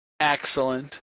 Excellent